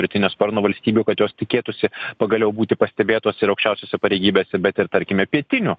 rytinio sparno valstybių kad jos tikėtųsi pagaliau būti pastebėtos ir aukščiausiose pareigybėse bet ir tarkime pietinių